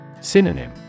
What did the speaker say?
Synonym